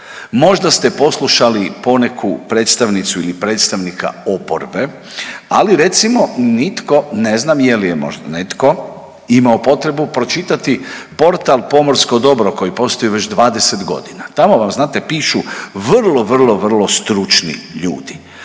Možda ste poslušali i poneku predstavnicu ili predstavnika oporbe, ali recimo, nitko, ne znam je li je možda netko, imao potrebu pročitati portal Pomorsko dobro koje postoji već 20 godina. Tamo vam, znate, pišu vrlo, vrlo, vrlo stručni ljudi.